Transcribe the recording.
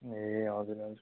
ए हजुर हजुर